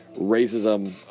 racism